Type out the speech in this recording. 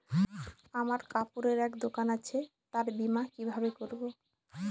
আমার কাপড়ের এক দোকান আছে তার বীমা কিভাবে করবো?